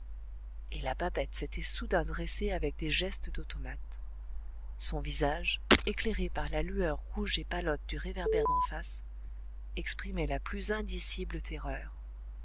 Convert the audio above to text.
et la babette s'était soudain dressée avec des gestes d'automate son visage éclairé par la lueur rouge et pâlotte du réverbère d'en face exprimait la plus indicible terreur